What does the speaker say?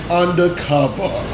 undercover